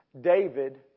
David